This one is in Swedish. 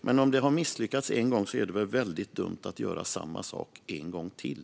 Men om det har misslyckats en gång är det väl mycket dumt att göra samma sak en gång till.